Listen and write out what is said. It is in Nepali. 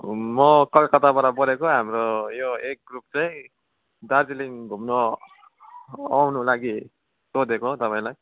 म कलकत्ताबाट बोलेको हाम्रो यो एक ग्रुप चाहिँ दार्जिलिङ घुम्न आउनु लागि सोधेको तपाईँलाई